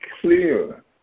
clear